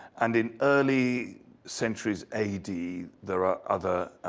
and in early centuries a d. there are other